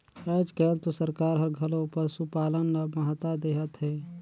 आयज कायल तो सरकार हर घलो पसुपालन ल महत्ता देहत हे